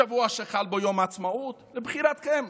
בשבוע שחל בו יום העצמאות, לבחירתכם.